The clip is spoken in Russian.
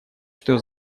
что